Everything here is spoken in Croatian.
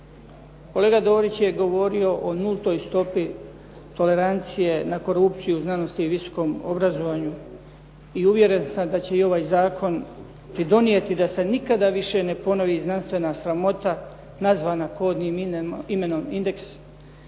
Kolega Dorić je govorio o nultoj stopi tolerancije na korupciju, znanost i visokom obrazovanju i uvjeren sam da će i ovaj zakon pridonijeti da se nikada više ne ponovi znanstvena sramota, nazvana kodnim imenom indeks